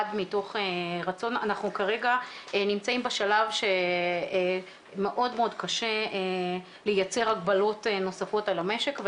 אנחנו כרגע נמצאים בשלב שמאוד קשה לייצר הגבלות נוספות על המשק,